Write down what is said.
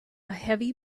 heavy